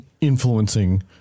influencing